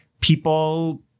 people